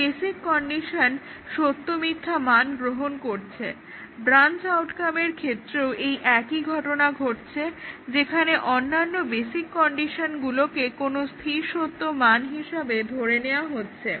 এই basic condition সত্য মিথ্যা মান গ্রহণ করছে ব্রাঞ্চ আউটকামের এক্ষেত্রেও একই ঘটনা ঘটছে যেখানে অন্যান্য বেসিক কন্ডিশনগুলোকে কোনো স্থির সত্য মান হিসেবে ধরে নেওয়া হয়েছে